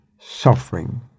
suffering